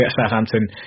Southampton